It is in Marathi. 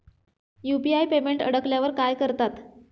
यु.पी.आय पेमेंट अडकल्यावर काय करतात?